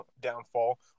downfall